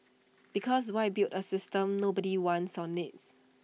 because why build A system nobody wants or needs